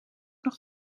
nog